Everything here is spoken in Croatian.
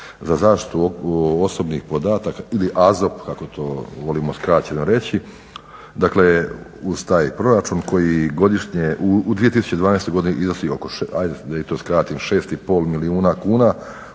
za zaštitu osobnih podataka ili AZOP kako to volimo skraćeno reći. Dakle uz taj proračun koji godišnje, u 2012. godini iznosi oko, ajde da